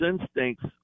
instincts